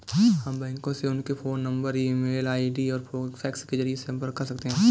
हम बैंकों से उनके phone number email ID और फैक्स के जरिए संपर्क कर सकते हैं